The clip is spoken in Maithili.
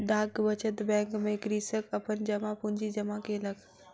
डाक बचत बैंक में कृषक अपन जमा पूंजी जमा केलक